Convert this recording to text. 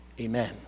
Amen